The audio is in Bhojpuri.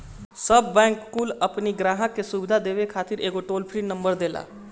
सब बैंक कुल अपनी ग्राहक के सुविधा देवे खातिर एगो टोल फ्री नंबर देला